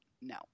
No